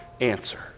answer